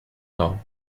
low